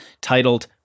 titled